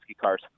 cars